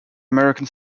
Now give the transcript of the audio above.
american